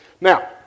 now